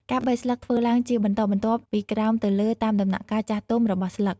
ការបេះស្លឹកធ្វើឡើងជាបន្តបន្ទាប់ពីក្រោមទៅលើតាមដំណាក់កាលចាស់ទុំរបស់ស្លឹក។